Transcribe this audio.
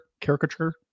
caricature